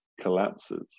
collapses